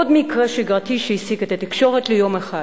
עוד מקרה שגרתי שהעסיק את התקשורת ליום אחד.